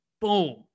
boom